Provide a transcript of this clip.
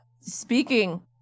speaking